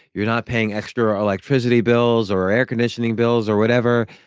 you're not paying extra electricity bills or air conditioning bills or whatever.